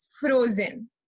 Frozen